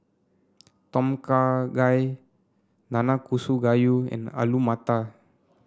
Tom Kha Gai Nanakusa Gayu and Alu Matar